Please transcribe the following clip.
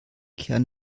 kern